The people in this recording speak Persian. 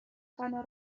غنا